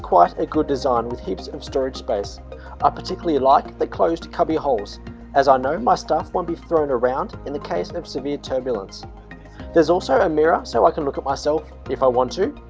quite a good design with heaps of storage space i particularly like the closed cubby holes as i know my staff won't be thrown around in the case of severe turbulence there's also a mirror, so i can look at myself if i want to,